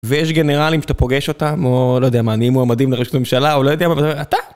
ויש גנרלים שאתה פוגש אותם, או לא יודע מה, נהיים מועמדים לראש הממשלה, או לא יודע מה, אתה?